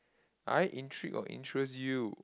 I intrigue or interest you